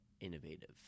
innovative